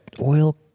oil